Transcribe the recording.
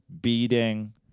beating